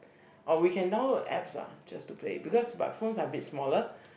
or we can download apps ah just to play because but phones are a bit smaller